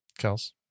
Kels